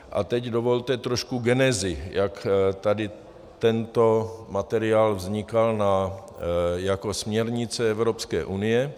A teď dovolte trošku genezi, jak tady tento materiál vznikal jako směrnice Evropské unie.